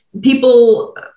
people